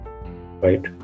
right